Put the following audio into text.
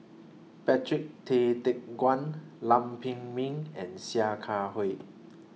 Patrick Tay Teck Guan Lam Pin Min and Sia Kah Hui